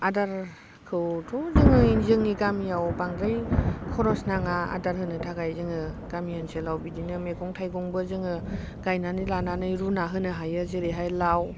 आदारखौथ' जोङो जोंनि गामियाव बांद्राय खरस नाङा आदार होनो थाखाय जोङो गामि ओनसोलाव बिदिनो मैगं थाइगंबो जोङो गायनानै लानानै रुना होनो हायो जेरैहाय लाव